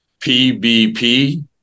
PBP